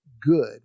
good